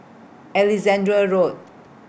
Alexandra Road